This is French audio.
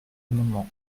amendement